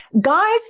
Guys